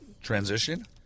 Transition